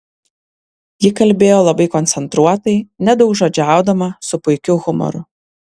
ji kalbėjo labai koncentruotai nedaugžodžiaudama su puikiu humoru